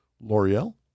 L'Oreal